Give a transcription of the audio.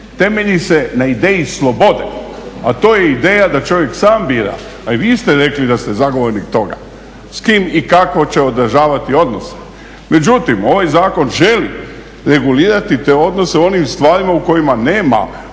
temelji se na ideji slobode, a to je ideja da čovjek sam bira. A i vi ste rekli da ste zagovornik toga s kim i kako će održavati odnose. Međutim, ovaj zakon želi regulirati te odnose u onim stvarima u kojima nema